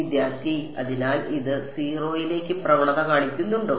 വിദ്യാർത്ഥി അതിനാൽ ഇത് 0 ലേക്ക് പ്രവണത കാണിക്കുന്നുണ്ടോ